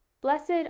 Blessed